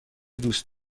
دوست